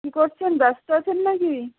কী করছেন ব্যস্ত আছেন নাকি